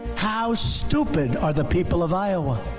how stupid are the people of iowa?